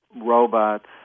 robots